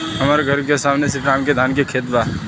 हमर घर के सामने में श्री राम के धान के खेत बा